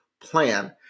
plan